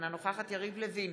אינה נוכחת יריב לוין,